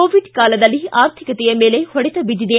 Covid ಕಾಲದಲ್ಲಿ ಆರ್ಥಿಕತೆಯ ಮೇಲೆ ಹೊಡೆತ ಬಿದ್ದಿದೆ